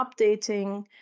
updating